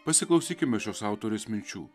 pasiklausykime šios autorės minčių